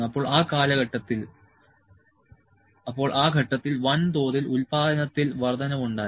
അപ്പോൾ ആ ഘട്ടത്തിൽ വൻതോതിൽ ഉൽപാദനത്തിൽ വർധനയുണ്ടായി